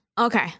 Okay